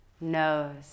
nose